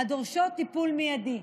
הדורשות טיפול מיידי.